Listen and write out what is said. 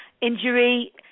injury